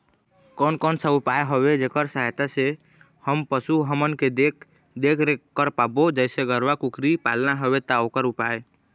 कोन कौन सा उपाय हवे जेकर सहायता से हम पशु हमन के देख देख रेख कर पाबो जैसे गरवा कुकरी पालना हवे ता ओकर उपाय?